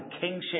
kingship